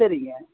சரிங்க